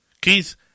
Keith